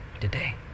today